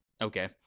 okay